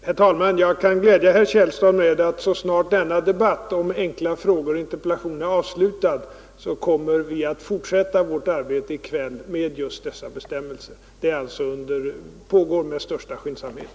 Herr talman! Jag kan glädja herr Källstad med att vi, så snart denna debatt om enkla frågor och interpellationer är avslutad, kommer att fortsätta vårt arbete med dessa bestämmelser. Arbetet pågår alltså med största skyndsamhet.